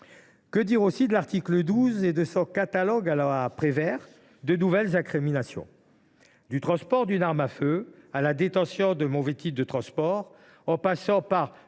Que dire aussi de l’article 12 et de son catalogue à la Prévert de nouvelles incriminations allant du transport d’une arme à feu à la détention d’un mauvais titre de transport, en passant par